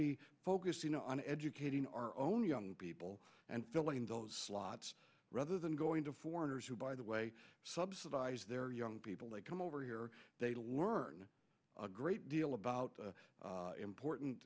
be focusing on educating our own young people and filling those slots rather than going to foreigners who by the way subsidize their young people they come over here to learn a great deal about the important